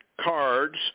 cards